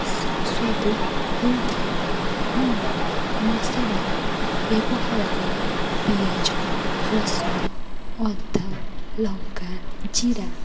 ସୁସ୍ୱାଦୁ ହୋଇଥାଏ ମୁଁ ମସଲାରେ ବ୍ୟବହାର କରେ ପିଆଜ ରସୁଣ ଅଦା ଲଙ୍କା ଜିରା